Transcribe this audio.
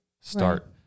start